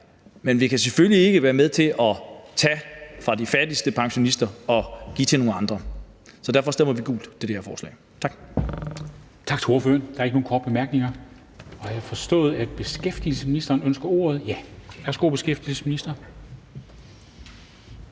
men vi kan selvfølgelig ikke være med til at tage fra de fattigste pensionister og give til nogle andre. Så derfor stemmer vi altså gult til det her forslag. Tak.